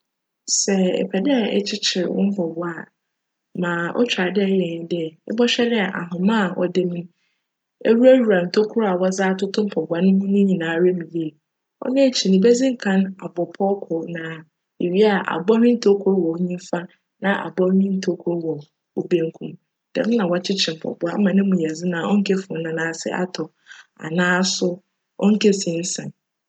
Sj epj dj ekyekyer wo mpabowa a, ma otwar dj eyj nye dj, ebchwj dj ahoma a cda mu no ewura ewura ntokura wcdze atoto mpobowa no ho nyinara mu yie. Cno ekyir no, ibedzi kan abc pcw kor na ewia a, abc no ntokura wc nyimfa na abc no ntokura wc bankum. Djm na wckyekyer mpabowa ma no mu yj dzen a cnnkefir wo nan ase atc anaa so cnnkesansan.